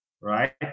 right